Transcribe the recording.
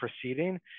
proceeding